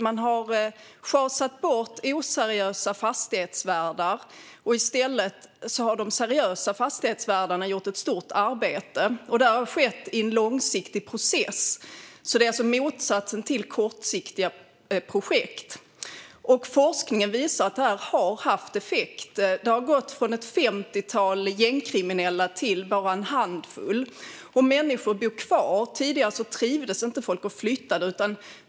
Man har schasat bort oseriösa fastighetsvärdar, och i stället har de seriösa fastighetsvärdarna gjort ett stort arbete. Det har skett i en långsiktig process. Det är motsatsen till kortsiktiga projekt. Forskningen visar att det har haft effekt. Det har gått från ett femtiotal gängkriminella till bara en handfull. Människor bor kvar. Tidigare trivdes människor inte utan flyttade.